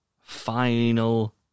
final